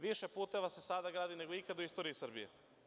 Više puteva se sada gradi nego ikada u istoriji Srbije.